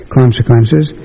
consequences